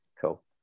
Cool